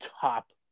top